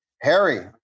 Harry